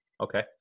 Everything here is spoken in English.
Okay